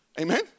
Amen